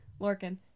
Lorkin